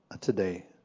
today